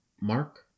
mark